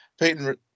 Peyton